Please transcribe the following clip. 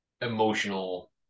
emotional